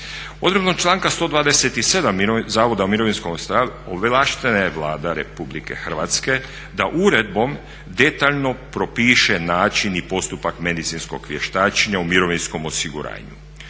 Odredbom članka 127. Zakona o mirovinskom osiguranju ovlaštena je Vlada RH da uredbom detaljno propiše način i postupak medicinskog vještačenja u mirovinskom osiguranju.